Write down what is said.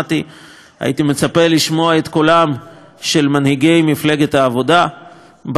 הייתי מצפה לשמוע את קולם של מנהיגי מפלגת העבודה בהקשר הזה,